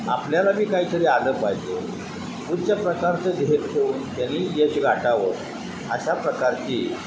आपल्याला बी काहीतरी आलं पाहिजे उच्च प्रकारचं ध्येय ठेवून त्यांनी यश गाठावं अशा प्रकारची